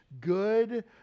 good